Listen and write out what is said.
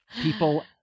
people